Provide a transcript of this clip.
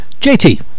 JT